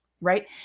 Right